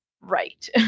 right